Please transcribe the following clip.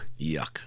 Yuck